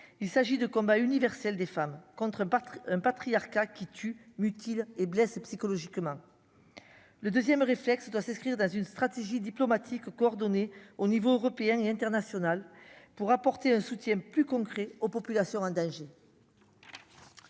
il s'agit de combat universel des femmes contre par un patriarcat qui tue, mutile et blesse psychologiquement le 2ème réflexe doit s'inscrire dans une stratégie diplomatique au niveau européen et international, pour apporter un soutien plus concret aux populations hein d'Alger.